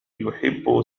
يحب